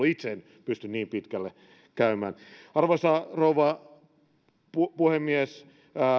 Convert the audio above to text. itse en pysty niin pitkälle käymään arvoisa rouva puhemies